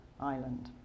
Island